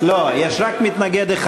לא, יש רק אחד.